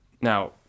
Now